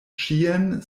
ĉien